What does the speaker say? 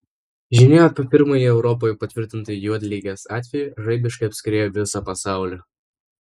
žinia apie pirmąjį europoje patvirtintą juodligės atvejį žaibiškai apskriejo visą pasaulį